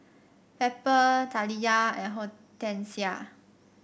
Pepper Taliyah and Hortensia